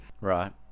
right